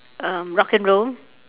um rock and roll